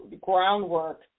groundwork